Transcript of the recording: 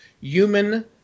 human